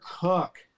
Cook